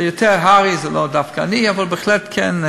זה יותר הר"י, זה לא דווקא אני, אבל בהחלט כן,